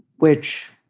which,